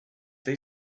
they